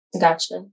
Gotcha